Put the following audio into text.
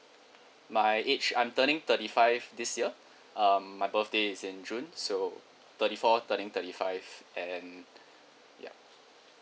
my age I'm turning thirty five this year um my birthday is in june so thirty four turning thirty five and ya